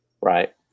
right